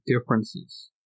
differences